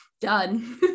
done